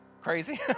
crazy